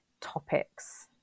topics